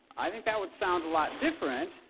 i think that would sound a lot different,